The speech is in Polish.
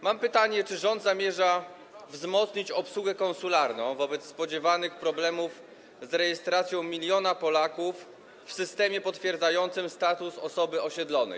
Mam pytanie: Czy rząd zamierza wzmocnić obsługę konsularną wobec spodziewanych problemów z rejestracją miliona Polaków w systemie potwierdzającym status osoby osiedlonej?